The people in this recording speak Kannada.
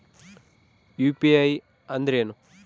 ಯು.ಪಿ.ಐ ಅಂದ್ರೇನು?